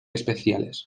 especiales